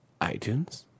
iTunes